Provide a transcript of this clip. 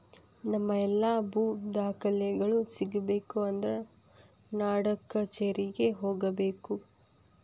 ನಮ್ಮ ಎಲ್ಲಾ ಭೂ ದಾಖಲೆಗಳು ಸಿಗಬೇಕು ಅಂದ್ರ ನಾಡಕಛೇರಿಗೆ ಹೋಗಬೇಕು